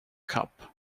cup